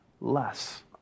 less